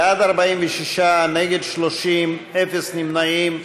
בעד, 46, נגד, 30, אין נמנעים.